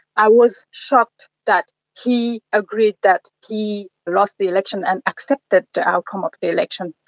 i was shocked that he agreed that he lost the election and accepted the outcome of the election.